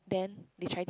then they tried it